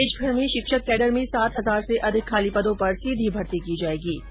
देशभर में शिक्षक कैडर में सात हजार से अधिक खाली पदों पर सीधी भर्ती की जाये गी